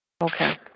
Okay